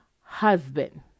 husband